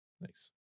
Nice